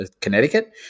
Connecticut